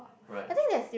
right